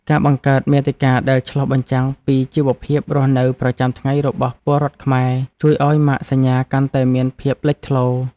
ការបង្កើតមាតិកាដែលឆ្លុះបញ្ចាំងពីជីវភាពរស់នៅប្រចាំថ្ងៃរបស់ពលរដ្ឋខ្មែរជួយឱ្យម៉ាកសញ្ញាកាន់តែមានភាពលេចធ្លោ។